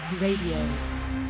Radio